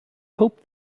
hope